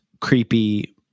creepy